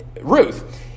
Ruth